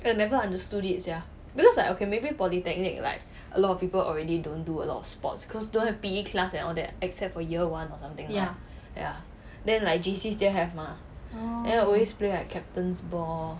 I never understood it sia because like okay maybe polytechnic like a lot of people already don't do a lot of sports cause don't have P_E class and all that except for year one or something ya then like J_C still have mah then we'll always play like captain's ball